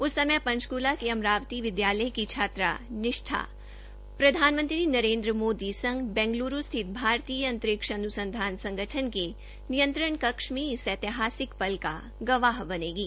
उस समय पंचकूला के अमरावती विद्यालय की छात्रा निष्ठा प्रधानमंत्री नरेंद्र मोदी संग बेंगलुरु स्थित भारतीय अंतरिक्ष अनुसंधान संगठन इसरो के नियंत्रण कक्ष में इस ऐतिहासिक पल का गवाह बनेंगी